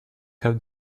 have